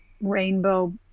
rainbow